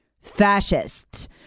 fascists